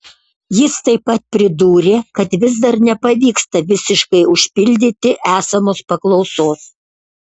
jis taip pat pridūrė kad vis dar nepavyksta visiškai užpildyti esamos paklausos